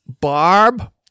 Barb